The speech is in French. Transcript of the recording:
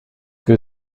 que